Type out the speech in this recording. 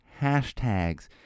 hashtags